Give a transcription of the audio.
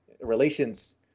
relations